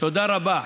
תודה רבה,